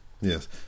Yes